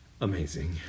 amazing